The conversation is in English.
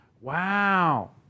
Wow